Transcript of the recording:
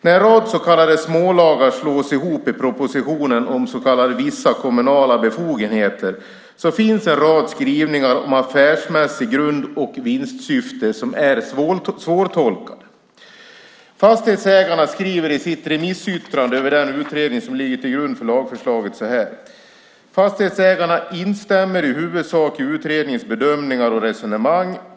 När en rad så kallade smålagar slås ihop i propositionen om så kallade vissa kommunala befogenheter finns en rad skrivningar om affärsmässig grund och vinstsyfte som är svårtolkade. Fastighetsägarna skriver i sitt remissyttrande över den utredning som ligger till grund för lagförslaget så här: Fastighetsägarna instämmer i huvudsak i utredningens bedömningar och resonemang.